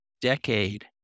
decade